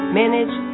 manage